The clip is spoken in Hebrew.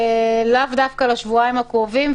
לאו דווקא לשבועיים הקרובים,